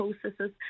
processes